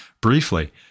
briefly